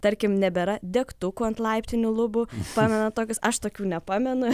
tarkim nebėra degtukų ant laiptinių lubų pamena tokius aš tokių nepamenu